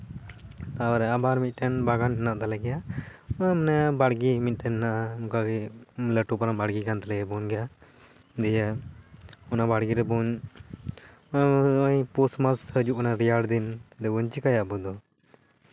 ᱛᱟᱯᱚᱨᱮ ᱟᱵᱟᱨ ᱢᱤᱫᱴᱮᱱ ᱵᱟᱜᱟᱱ ᱦᱮᱱᱟᱜ ᱛᱟᱞᱮ ᱜᱮᱭᱟ ᱚᱱᱮ ᱵᱟᱲᱮᱤ ᱢᱤᱫᱴᱮᱱ ᱦᱮᱱᱟᱜᱼᱟ ᱚᱱᱠᱟ ᱜᱮ ᱢᱤᱫᱴᱮᱱ ᱞᱟᱹᱴᱩ ᱯᱟᱨᱟ ᱵᱟᱲᱜᱮ ᱠᱟᱱ ᱛᱟᱞᱮᱭᱟ ᱦᱚᱯᱚᱱ ᱜᱮᱭᱟ ᱚᱱᱟ ᱵᱟᱲᱜᱮ ᱨᱮᱵᱚᱱ ᱦᱚᱸᱜᱼᱚᱭ ᱯᱳᱥ ᱢᱟᱥ ᱦᱟᱡᱩᱜ ᱠᱟᱱᱟ ᱨᱮᱭᱟᱲ ᱫᱤᱱ ᱪᱮᱫ ᱵᱚᱱ ᱪᱮᱠᱟᱭᱟᱵᱚᱱ ᱟᱵᱚ ᱫᱚ